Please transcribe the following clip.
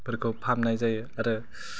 फोरखौ फाहामनाय जायो आरो